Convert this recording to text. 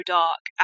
dark